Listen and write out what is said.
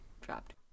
dropped